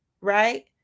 right